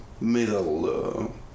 middle